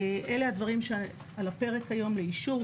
אלה הדברים שעל הפרק היום לאישור.